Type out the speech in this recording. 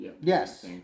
Yes